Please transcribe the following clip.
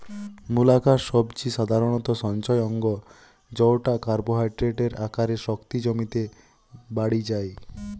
মূলাকার সবজি সাধারণত সঞ্চয় অঙ্গ জউটা কার্বোহাইড্রেটের আকারে শক্তি জমিতে বাড়ি যায়